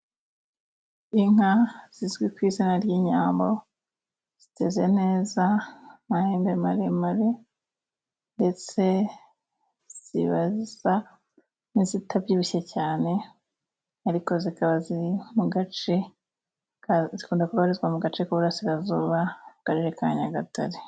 Inka zizwi ku izina ry'inyambo, ziteze neza amahembe maremare, ndetse ziba zisa n'izitabyibushye cyane, ariko zikaba ziri mu gace zikunda kubarizwa mu gace k'iburasirazuba mu karere ka nyagatare.